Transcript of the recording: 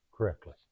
Correctly